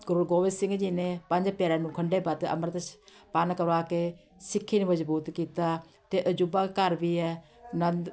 ਗੁਰੂ ਗੋਬਿੰਦ ਸਿੰਘ ਜੀ ਨੇ ਪੰਜ ਪਿਆਰਿਆਂ ਨੂੰ ਖੰਡੇ ਬਾਟੇ ਦਾ ਅੰਮ੍ਰਿਤ ਸ਼ ਪਾਨ ਕਰਵਾ ਕੇ ਸਿੱਖੀ ਨੂੰ ਮਜ਼ਬੂਤ ਕੀਤਾ ਅਤੇ ਅਜੂਬਾ ਘਰ ਵੀ ਹੈ ਅਨੰਦ